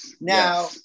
Now